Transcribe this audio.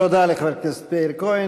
תודה לחבר מאיר כהן.